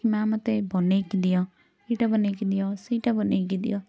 କି ମା ମତେ ବନେଇକି ଦିଅ ଏଇଟା ବନେଇକି ଦିଅ ସେଇଟା ବନେଇକି ଦିଅ